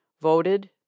voted